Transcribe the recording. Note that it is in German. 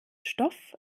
stoff